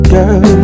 Girl